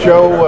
Joe